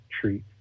treat